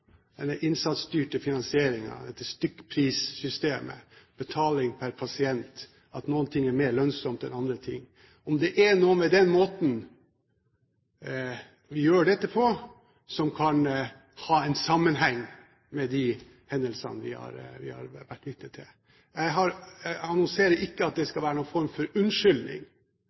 en sammenheng med disse hendelsene vi har vært vitne til. Jeg annonserer ikke at det skal være noen form for unnskyldning,